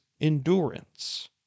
endurance